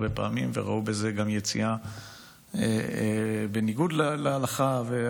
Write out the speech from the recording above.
וראו בזה גם יציאה בניגוד להלכה.